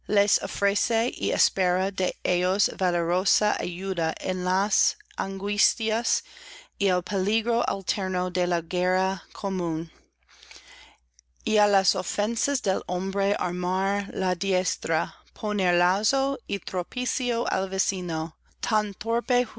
y espera de ellos valerosa ayuda en las angustias y el peligro alterno de la guerra común y á las ofensas leí hombre armar la diestra poner lazo y tropiezo al vecino